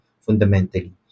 fundamentally